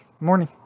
Morning